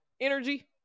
energy